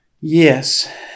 Yes